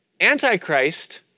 Antichrist